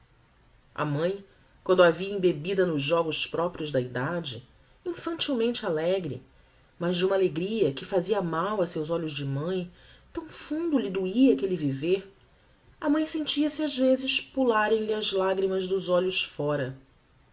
a mãe quando a via embebida nos jogos proprios da edade infantilmente alegre mas de uma alegria que fazia mal a seus olhos de mãe tão fundo lhe doia aquelle viver a mãe sentia ás vezes pularem lhe as lagrimas dos olhos fora